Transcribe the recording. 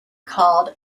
called